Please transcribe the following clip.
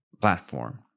platform